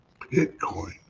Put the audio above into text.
bitcoin